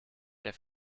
der